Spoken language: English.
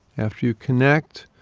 after you connect,